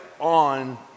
on